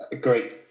great